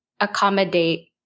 accommodate